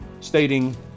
stating